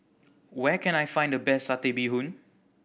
where can I find the best Satay Bee Hoon